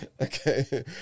Okay